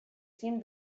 seemed